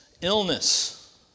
illness